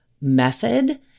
method